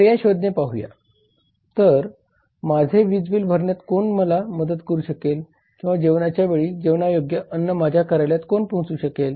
पर्याय शोधणे पाहूया तर माझे वीज बिल भरण्यात कोण मला मदत करू शकेल किंवा जेवणाच्या वेळी जेवण्यायोग्य अन्न माझ्या कार्यालयात कोण पोहोचवू शकेल